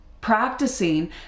practicing